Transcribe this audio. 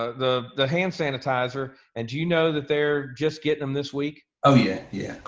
ah the the hand sanitizer and do you know that they're just getting them this week? oh, yeah, yeah.